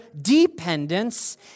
dependence